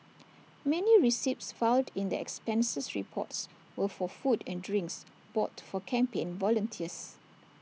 many receipts filed in the expenses reports were for food and drinks bought for campaign volunteers